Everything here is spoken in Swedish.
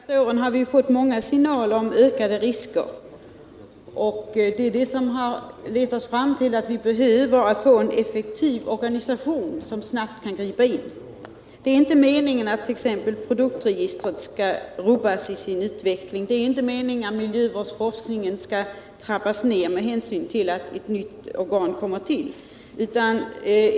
Herr talman! Under de senaste åren har vi fått många signaler om ökade risker. Det är det som lett oss fram till uppfattningen att vi behöver en effektiv organisation, som snabbt kan gripa in. Det är inte meningen att utvecklingen av produktregistret skall rubbas eller att miljövårdsforskningen skall trappas ned därför att vi får ett nytt organ.